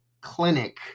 clinic